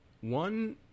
One